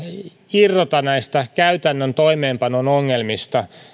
irrota näistä käytännön toimeenpanon ongelmista